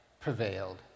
prevailed